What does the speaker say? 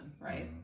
right